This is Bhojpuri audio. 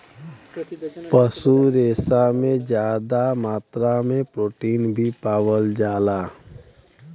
पशु रेसा में जादा मात्रा में प्रोटीन भी पावल जाला